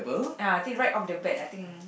uh think right off the bat I think